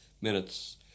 minutes